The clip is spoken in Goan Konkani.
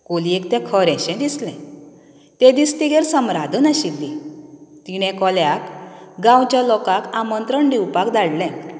कोलयेक तें खरेंशें दिसलें तें दीस तिगेर सम्रादन आशिल्ली तिणें कोल्याक गांवच्या लोकाक आमंत्रण दिवपाक धाडलें